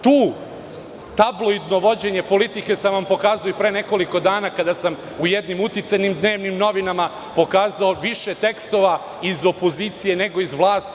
Tabloidno vođenje politike sam vam pokazao i pre nekoliko dana, kada sam u jednim uticajnim dnevnim novinama pokazao više tekstova iz opozicije, nego iz vlasti.